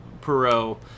Perot